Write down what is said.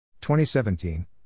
2017